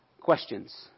questions